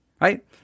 Right